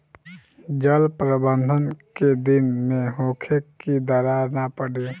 जल प्रबंधन केय दिन में होखे कि दरार न पड़ी?